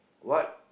what